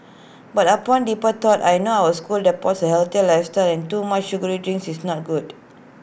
but upon deeper thought I know our school adopts A healthier lifestyle and too much sugary drinks is not good